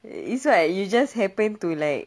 it's like you just happen to like